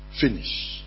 finish